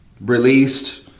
released